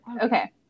Okay